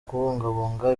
kubungabunga